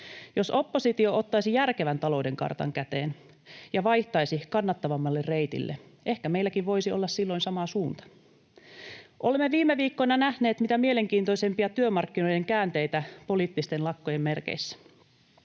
Jos oppositio ottaisi järkevän talouden kartan käteen ja vaihtaisi kannattavammalle reitille, ehkä meilläkin voisi olla silloin sama suunta. Olemme viime viikkoina nähneet mitä mielenkiintoisimpia työmarkkinoiden käänteitä poliittisten lakkojen merkeissä.